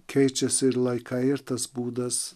keičiasi ir laikai ir tas būdas